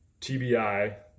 TBI